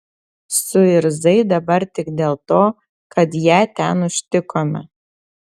suirzai dabar tik dėl to kad ją ten užtikome